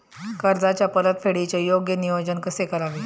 कर्जाच्या परतफेडीचे योग्य नियोजन कसे करावे?